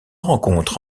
rencontre